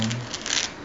mm